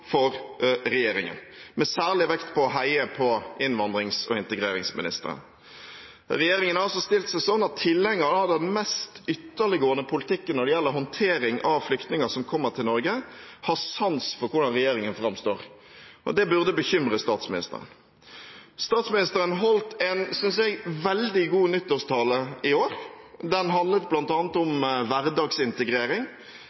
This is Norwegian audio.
for regjeringen, med særlig vekt på å heie på innvandrings- og integreringsministeren. Regjeringen har altså stilt seg sånn at tilhengerne av den mest ytterliggående politikken når det gjelder håndtering av flyktninger som kommer til Norge, har sans for hvordan regjeringen framstår. Det burde bekymre statsministeren. Statsministeren holdt en, syns jeg, veldig god nyttårstale i år. Den handlet